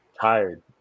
Tired